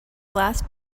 last